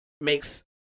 makes